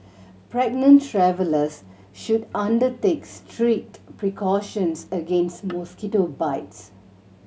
pregnant travellers should undertakes strict precautions against mosquito bites